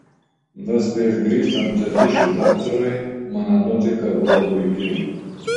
nors prieš grįžtant tėtušiui daktarui mano nuotaika buvo puiki